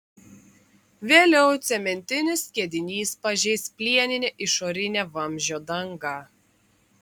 vėliau cementinis skiedinys pažeis plieninę išorinę vamzdžio dangą